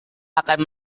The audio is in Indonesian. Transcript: akan